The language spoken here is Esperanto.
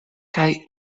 kaj